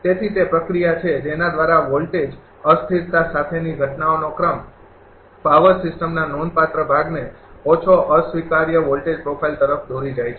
તેથી તે પ્રક્રિયા છે જેના દ્વારા વોલ્ટેજ અસ્થિરતા સાથેની ઘટનાઓનો ક્રમ પાવર સિસ્ટમના નોંધપાત્ર ભાગને ઓછો અસ્વીકાર્ય વોલ્ટેજ પ્રોફાઇલ તરફ દોરી જાય છે